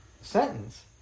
sentence